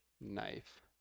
knife